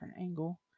angle